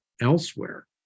elsewhere